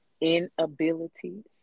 inabilities